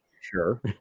Sure